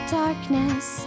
darkness